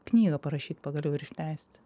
knygą parašyti pagaliau ir išleist